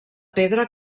pedra